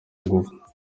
ingufu